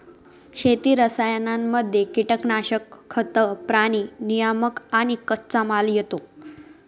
शेती रसायनांमध्ये कीटनाशक, खतं, प्राणी नियामक आणि कच्चामाल येतो